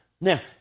Now